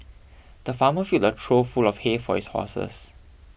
the farmer filled a trough full of hay for his horses